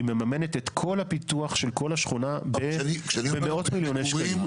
היא מממנת את כל הפיתוח של כל השכונה במאות מיליוני שקלים.